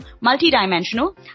multi-dimensional